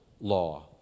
law